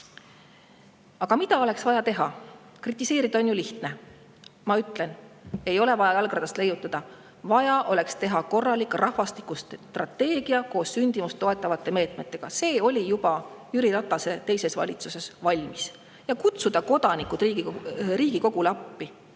Aga mida oleks vaja teha? Kritiseerida on ju lihtne. Ma ütlen: ei ole vaja jalgratast leiutada, vaja oleks koostada korralik rahvastikustrateegia koos sündimust toetavate meetmetega – see oli juba Jüri Ratase teises valitsuses valmis – ja kutsuda kodanikud Riigikogule appi.